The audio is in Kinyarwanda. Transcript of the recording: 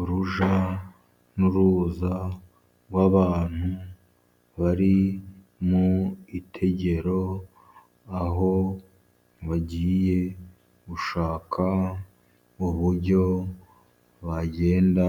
Urujya n'uruza rw'abantu bari mu itegero, aho bagiye gushaka uburyo bagenda